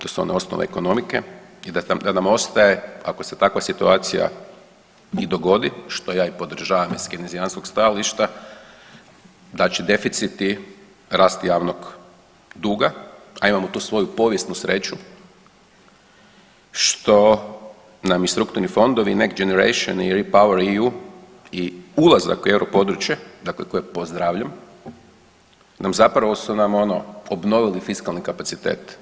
To su one osnove ekonomike i da nam ostaje ako se takva situacija i dogodi što i ja podržavam iz kinezijanskog stajališta da će deficiti, rast javnog duga, a imamo tu svoju povijesnu sreću što nam i strukturni fondovi Next generation i Repower EU i ulazak u europodručje, dakle kojeg pozdravljam, nam zapravo su nam ono obnovili fiskalni kapacitet.